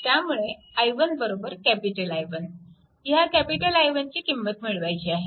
त्यामुळे i1 I1 ह्या I1 ची किंमत मिळवायची आहे